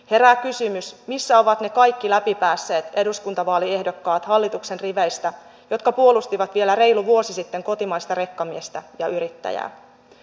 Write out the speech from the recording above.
herää kysymys missä ovat ne kaikki läpi päässeet eduskuntavaaliehdokkaat hallituksen riveistä jotka puolustivat vielä reilu vuosi sitten kotimaista rekkamiestä ja yrittäjää